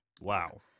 wow